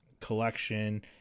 collection